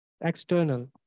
External